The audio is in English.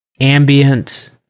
ambient